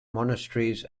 monasteries